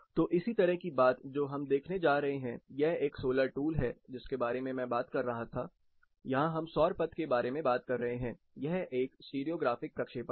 तो इसी तरह की बात जो हम देखने जा रहे हैं यह एक सोलर टूल है जिसके बारे में मैं बात कर रहा था यहाँ हम सौर पथ के बारे में बात कर रहे हैं यह एक स्टीरियो ग्राफिक प्रक्षेपण है